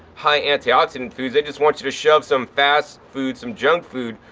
high anti-oxidant foods. they just want you to shove some fast food, some junk food,